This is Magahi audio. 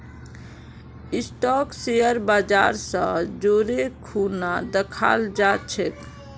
स्टाक शेयर बाजर स जोरे खूना दखाल जा छेक